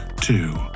Two